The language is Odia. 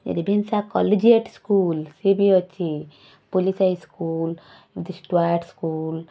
ରେଭେନ୍ସା କଲେଜିଏଟ୍ ସ୍କୁଲ ସେ ବି ଅଛି ପୋଲିସ ହାଇସ୍କୁଲ ଷ୍ଟୁଆର୍ଟ ସ୍କୁଲ